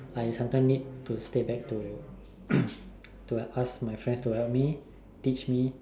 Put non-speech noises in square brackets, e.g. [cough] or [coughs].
I sometime need to stay back to [coughs] to ask my friend to help me teach me